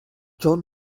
john